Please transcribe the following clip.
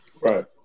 right